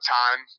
time